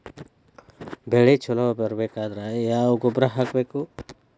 ಬೆಳಿ ಛಲೋ ಬರಬೇಕಾದರ ಯಾವ ಗೊಬ್ಬರ ಹಾಕಬೇಕು?